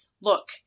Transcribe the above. Look